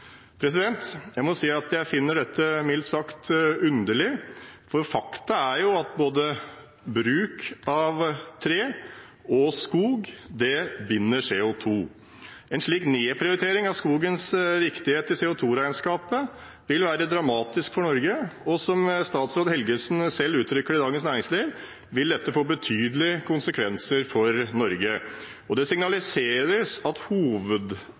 Jeg må si at jeg finner dette mildt sagt underlig, for fakta er jo at bruk av både tre og skog binder CO 2 . En slik nedprioritering av skogens viktighet i CO 2 -regnskapet vil være dramatisk for Norge, og som statsråd Helgesen selv uttrykker det i Dagens Næringsliv, vil dette få betydelige konsekvenser for Norge. Det signaliseres at